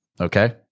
Okay